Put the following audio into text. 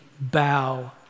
bow